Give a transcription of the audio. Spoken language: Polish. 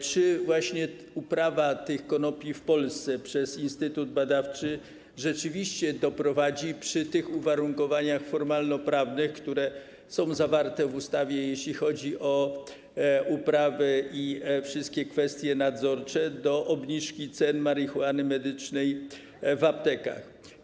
Czy uprawa tych konopi w Polsce przez instytut badawczy rzeczywiście doprowadzi przy tych uwarunkowaniach formalnoprawnych, które są zawarte w ustawie, jeśli chodzi o uprawy i wszystkie kwestie nadzorcze, do obniżki cen marihuany medycznej w aptekach?